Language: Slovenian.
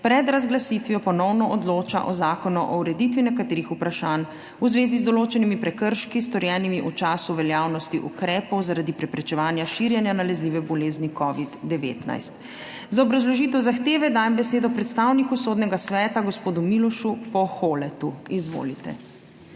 pred razglasitvijo ponovno odloča o Zakonu o ureditvi nekaterih vprašanj v zvezi z določenimi prekrški, storjenimi v času veljavnosti ukrepov zaradi preprečevanja širjenja nalezljive bolezni COVID-19. Za obrazložitev zahteve dajem besedo predstavniku Državnega sveta gospodu Milošu Poholetu. Izvolite.